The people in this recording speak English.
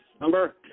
Number